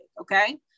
Okay